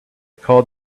called